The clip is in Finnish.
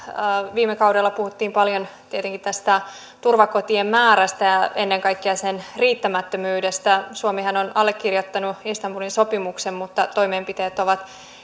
viime kaudella puhuttiin paljon tietenkin tästä turvakotien määrästä ja ennen kaikkea sen riittämättömyydestä suomihan on allekirjoittanut istanbulin sopimuksen mutta toimenpiteet ovat